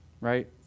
right